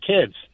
kids